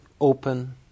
open